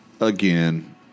again